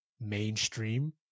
mainstream